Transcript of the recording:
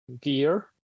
gear